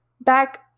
Back